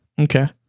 Okay